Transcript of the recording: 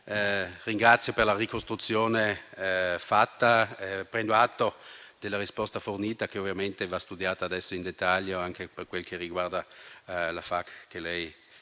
Bellucci per la ricostruzione e prendo atto della risposta fornita, che ovviamente va studiata in dettaglio anche per quel che riguarda la FAQ da lei